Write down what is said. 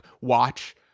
watch